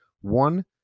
One